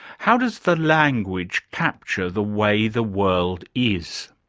how does the language capture the way the world is?